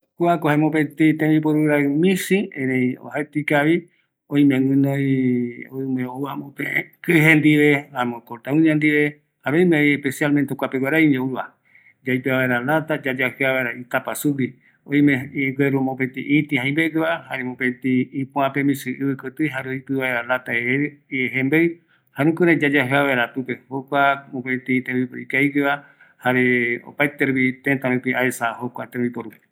﻿Kuako jae tmbiporurai misi, erei oajaete ikavi, oime guinoi ämope kije ndie, amo korta uña ndive, jare oimevi especialmente jokuaguaraiño ouva, yaipea vaera lata, yayajia vaera itapa sugui oime megui mopeti itï jaimbegueva, jare oime mopetei ipoape misi ivikoti jare oipi vaera lata jejeve jembei, jaema jukurai yayajia vaera pipe jokua mopeti tembiporu ikavigueva, jare opaete rupi, tëta rupi aesa jokua tembiporu